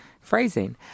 phrasing